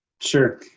Sure